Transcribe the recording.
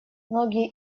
многие